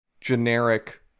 generic